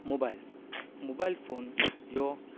mobile mobile phone ह्यो